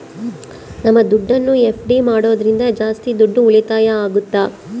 ನಮ್ ದುಡ್ಡನ್ನ ಎಫ್.ಡಿ ಮಾಡೋದ್ರಿಂದ ಜಾಸ್ತಿ ದುಡ್ಡು ಉಳಿತಾಯ ಆಗುತ್ತ